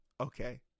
okay